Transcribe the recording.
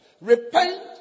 Repent